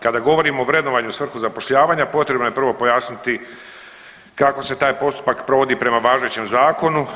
Kada govorim o vrednovanju u svrhu zapošljavanja potrebno je prvo pojasniti kako se taj postupak provodi prema važećem zakonu.